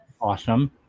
Awesome